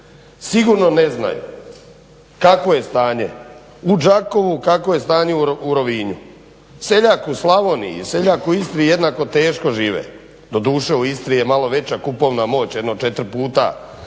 sigurno ne znaju kakvo je stanje u Đakovu, kakvo je stanje u Rovinju. Seljak u Slavoniji i seljak u Istri jednako teško žive, doduše u Istri je malo veća kupovna moć jedno četiri puta